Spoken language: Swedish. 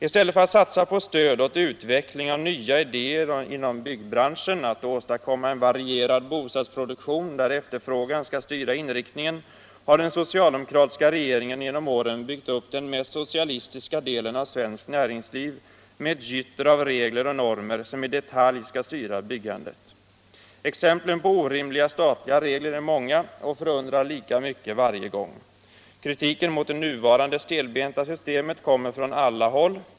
I stället för att satsa på stöd åt utveckling av nya idéer inom byggbranschen och åstadkomma en varierad bostadsproduktion, där efterfrågan skall styra inriktningen, har den socialdemokratiska regeringen genom åren skapat den mest socialistiska delen av svenskt näringsliv med ett gytter av regler och normer som i detalj skall styra byggandet. Exemplen på orimliga statliga regler är många och förundrar lika mycket varje gång. Kritiken mot det nuvarande stelbenta systemet kommer från alla håll.